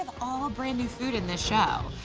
all brand new food in the show.